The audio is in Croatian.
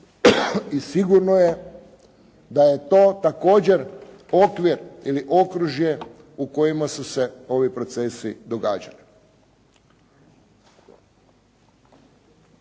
i sigurno je da je to također okvir ili okružje u kojima su se ovi procesi događali.